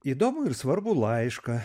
įdomu ir svarbu laišką